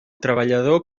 treballador